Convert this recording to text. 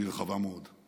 והיא רחבה מאוד,